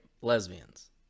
lesbians